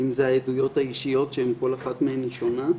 אם זה העדויות האישיות שכל אחת מהן היא שונה,